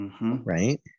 Right